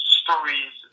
stories